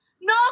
No